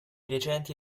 recenti